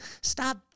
stop